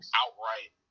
outright